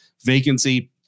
vacancy